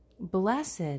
Blessed